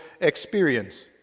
experience